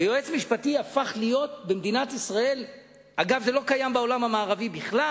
ויועץ משפטי, אגב, זה לא קיים בעולם המערבי בכלל